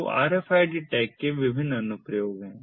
तो ये RFID tag के विभिन्न अनुप्रयोग हैं